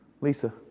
Lisa